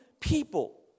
people